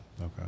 Okay